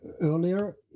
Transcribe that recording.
Earlier